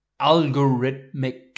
algorithmic